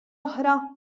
oħra